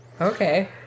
Okay